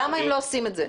למה הם לא עושים את זה?